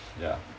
ya